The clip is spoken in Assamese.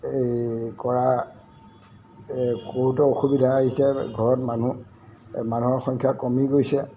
এই কৰা এই কহুতো অসুবিধা আহিছে ঘৰত মানুহ এই মানুহৰ সংখ্যা কমি গৈছে